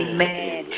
Amen